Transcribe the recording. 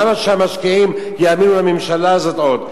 למה שהמשקיעים יאמינו לממשלה הזאת עוד?